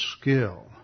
skill